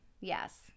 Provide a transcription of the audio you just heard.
Yes